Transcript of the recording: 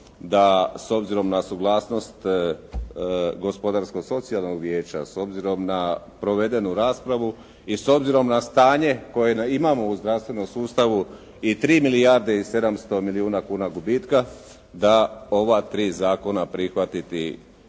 da s obzirom na suglasnost Gospodarsko-socijalnog vijeća, s obzirom na provedenu raspravu i s obzirom na stanje koje imamo u zdravstvenom sustavu i 3 milijarde i 700 milijuna kuna gubitka da ova tri zakona prihvatiti treba,